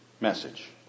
message